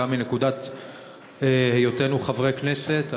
גם בהיותנו חברי הכנסת,